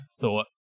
thought